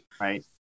Right